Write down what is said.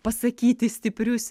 pasakyti stiprius